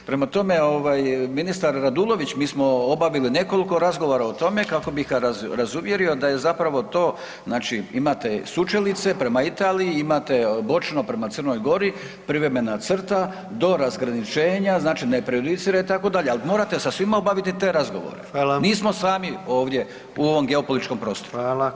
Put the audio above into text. Prema tome, ministar Radulović, mi smo obavili nekoliko razgovora o tome kako bih ga razuvjerio da je zapravo to, znači imate sučelice, prema Italiji, imate bočno prema Crnoj Gori, privremena crta do razgraničenja, znači ne prejudicira, itd., ali morate sa svima obaviti te razgovore [[Upadica: Hvala.]] Nismo sami ovdje u ovom geopolitičkom prostoru.